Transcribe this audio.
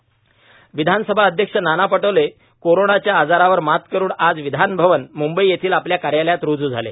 नाना पटोले विधानसभा अध्यक्ष नाना पटोले कोरोनाच्या आजारावर मात करून आज विधानभवन मुंबई येथील आपल्या कार्यालयात रुजू झाले